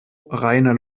reiner